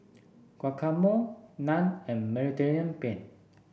Guacamole Naan and Mediterranean Penne